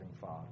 father